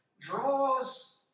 draws